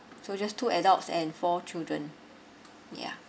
so just two adults and four children yeah